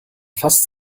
fast